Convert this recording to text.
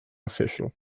official